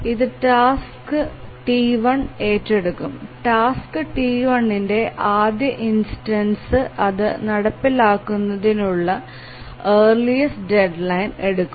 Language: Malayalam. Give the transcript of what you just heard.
ഇത് ടാസ്ക് T1 ഏറ്റെടുക്കും ടാസ്ക് T1 ന്റെ ആദ്യ ഇൻസ്റ്റൻസ് അത് നടപ്പിലാക്കുന്നതിനുള്ള ഏർലിസ്റ് ഡെഡ്ലൈൻ എടുക്കും